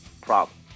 problem